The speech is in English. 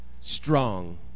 strong